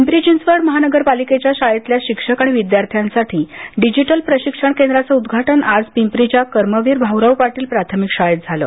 पिंपरी चिंचवड महानगर पालिकेच्या शाळेतल्या शिक्षक आणि विद्यार्थ्यांसाठी डिजिटल प्रशिक्षण केंद्राचं उद्घाटन आजर्पिंपरीच्या कर्मवीर भाऊराव पाटील प्राथमिक शाळेत झालं